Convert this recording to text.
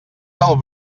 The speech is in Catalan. del